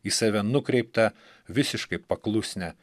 į save nukreiptą visiškai paklusnią